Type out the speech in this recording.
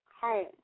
home